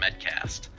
MedCast